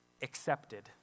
Accepted